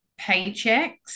paychecks